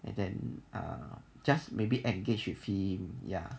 and then err just maybe engaged with him ya